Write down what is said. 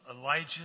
Elijah